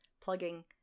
plugging